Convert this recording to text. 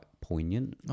poignant